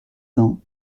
cents